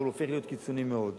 אבל הוא הופך להיות קיצוני מאוד.